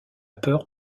peur